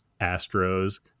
Astros